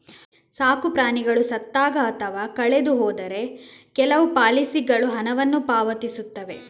ಸಾಕು ಪ್ರಾಣಿಗಳು ಸತ್ತಾಗ ಅಥವಾ ಕಳೆದು ಹೋದರೆ ಕೆಲವು ಪಾಲಿಸಿಗಳು ಹಣವನ್ನು ಪಾವತಿಸುತ್ತವೆ